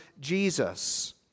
Jesus